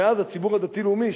מאז הציבור הדתי הלאומי,